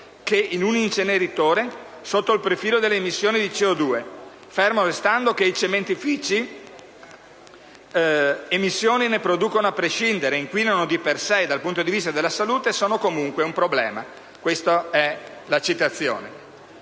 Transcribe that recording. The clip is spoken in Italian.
che in un inceneritore sotto il profilo delle emissioni di CO2, fermo restando che i cementifici emissioni ne producono a prescindere, inquinano di per sé e dal punto di vista della salute sono comunque un problema». Questa è la citazione.